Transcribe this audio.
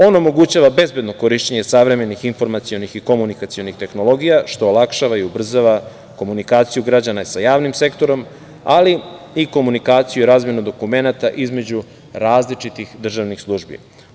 On omogućava bezbedno korišćenje savremenih informacionih i komunikacionih tehnologija, što olakšava i ubrzava komunikaciju građana sa javnim sektorom, ali i komunikaciju i razmenu dokumenata, između različitih državnih službi.